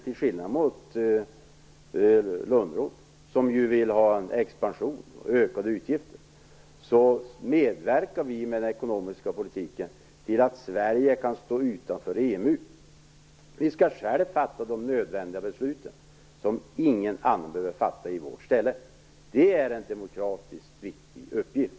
Till skillnad mot Lönnroth, som vill ha en expansion och ökade utgifter, medverkar vi med den ekonomiska politiken till att Sverige kan stå utanför EMU. Vi skall själva fatta de nödvändiga besluten, som ingen annan behöver fatta i vårt ställe. Det är en demokratiskt viktig uppgift.